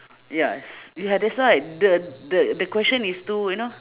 yes ya that's why the the the question is too you know